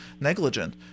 negligent